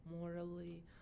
morally